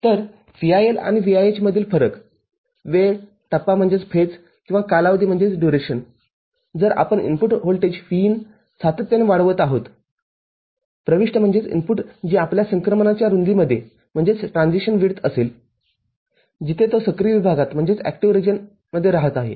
तर VIL आणि VIH मधील फरक वेळ टप्पा किंवा कालावधीजर आपण इनपुट व्होल्टेज Vin सातत्याने वाढवत आहोत प्रविष्ट जे आपल्या संक्रमणाच्या रुंदीमध्ये असेलजिथे तो सक्रिय विभागात राहत आहे ठीक आहे